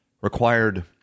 required